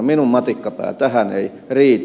minun matikkapääni tähän ei riitä